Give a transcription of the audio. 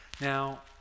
Now